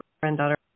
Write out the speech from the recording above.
granddaughter